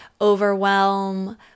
overwhelm